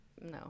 No